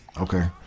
Okay